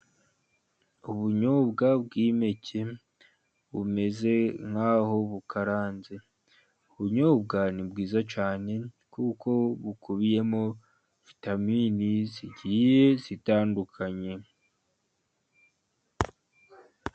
Ubunyobwa bw'impeke bumeze nk'aho bukaranze. Ubunyobwa ni bwiza cyane, kuko bukubiyemo vitamini zigiye zitandukanye.